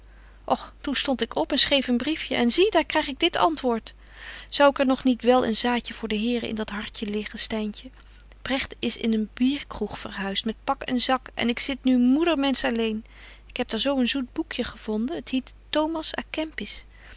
och toen stond ik op en schreef een briefje en zie daar kryg ik dit antwoord zou er nog niet wel een zaadje voor den here in dat hartje liggen styntje bregt is in een bierkroeg verhuist met pak en zak en ik zit nu moedermensch alleen ik heb daar zo een zoet boekje gevonden het hiet thomas